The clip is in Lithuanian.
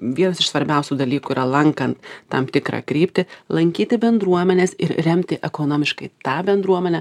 vienas iš svarbiausių dalykų yra lankant tam tikrą kryptį lankyti bendruomenes ir remti ekonomiškai tą bendruomenę